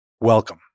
Welcome